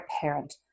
parent